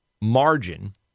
margin